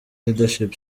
leadership